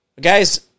Guys